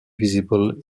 visible